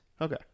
Okay